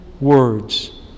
words